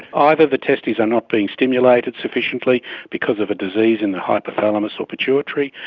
either the testes are not being stimulated sufficiently because of a disease in the hypothalamus or pituitary,